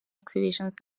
exhibitions